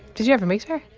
did you ever meet her